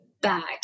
Back